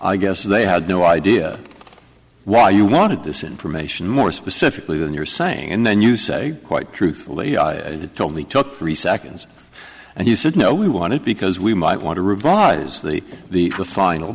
i guess they had no idea why you wanted this information more specifically than you're saying and then you say quite truthfully told we took three seconds and you said no we want it because we might want to revise the the